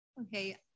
Okay